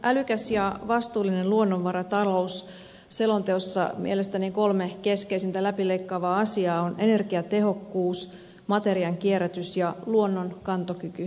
älykäs ja vastuullinen luonnonvaratalous selonteossa mielestäni kolme keskeisintä läpileikkaavaa asiaa ovat energiatehokkuus materian kierrätys ja luonnon kantokyky